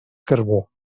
carbó